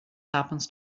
happens